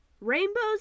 Rainbows